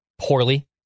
poorly